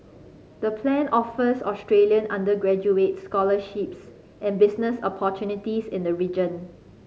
the plan offers Australian undergraduates scholarships and business opportunities in the region